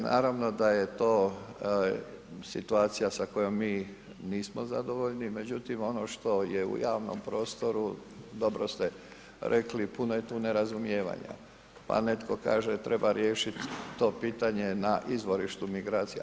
Naravno da je to situacija sa kojom mi nismo zadovoljni, međutim ono što je u javnom prostoru dobro ste rekli puno je tu nerazumijevanja, pa netko kaže treba riješiti to pitanje na izvorištu migracija.